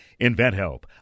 InventHelp